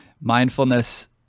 mindfulness